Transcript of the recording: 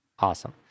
Awesome